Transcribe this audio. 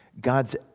God's